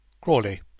crawley